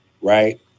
right